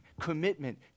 commitment